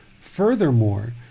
Furthermore